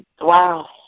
Wow